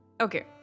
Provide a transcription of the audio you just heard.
Okay